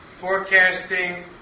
forecasting